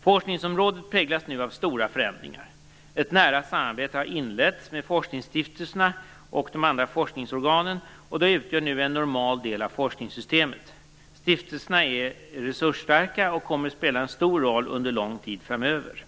Forskningsområdet präglas nu av stora förändringar. Ett nära samarbete har inletts med forskningsstiftelserna och de andra forskningsorganen, och de utgör nu en normal del av forskningssystemet. Stiftelserna är resursstarka och kommer att spela en stor roll under lång tid framöver.